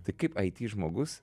tai kaip it žmogus